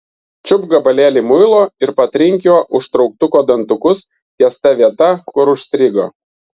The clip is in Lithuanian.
čiupk gabalėlį muilo ir patrink juo užtrauktuko dantukus ties ta vieta kur užstrigo